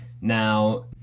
Now